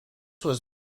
was